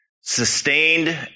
Sustained